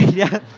yeah.